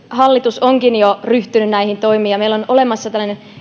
hallitus onkin jo ryhtynyt juuri näihin toimiin ja meillä on olemassa